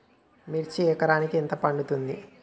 మిర్చి ఎకరానికి ఎంత పండుతది?